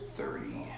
Thirty